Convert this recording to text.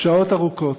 שעות ארוכות.